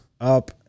Up